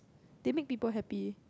they make people happy